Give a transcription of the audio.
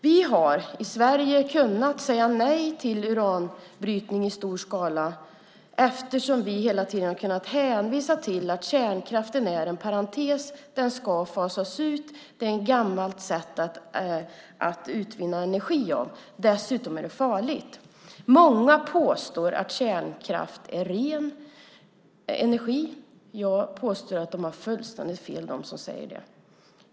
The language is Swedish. Vi har i Sverige kunnat säga nej till uranbrytning i stor skala eftersom vi hela tiden har kunnat hänvisa till att kärnkraften är en parentes och ska fasas ut då den är ett gammalt sätt att utvinna energi på. Dessutom är det farligt. Många påstår att kärnkraft är ren energi. Jag påstår att de som säger det har fullständigt fel.